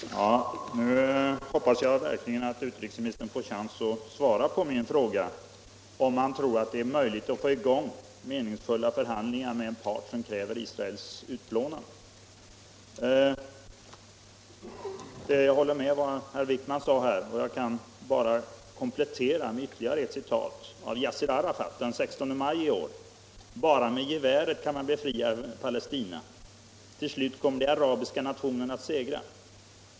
Herr talman! Nu hoppas jag verkligen att utrikesministern får chans att svara på min fråga, om han tror att det är möjligt att få i gång meningsfulla förhandlingar med en part som kräver Israels utplånande. Jag håller med om vad herr Wijkman sade här, och jag kan bara komplettera med ytterligare ett citat, nämligen av Yassir Arafat den 16 maj lär; ”Bara med geväret kan man befria Palestina. Till slut kommer den arabiska nationen att segra.